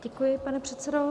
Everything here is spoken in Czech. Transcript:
Děkuji, pane předsedo.